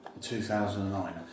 2009